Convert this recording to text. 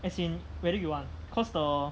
as in whether you want cause the